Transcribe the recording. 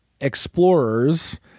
explorers